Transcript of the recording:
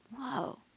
Whoa